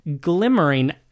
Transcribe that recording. glimmering